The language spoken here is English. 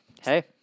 Hey